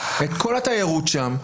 את כל התיירות שם,